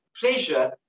pleasure